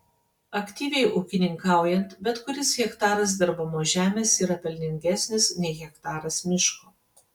aktyviai ūkininkaujant bet kuris hektaras dirbamos žemės yra pelningesnis nei hektaras miško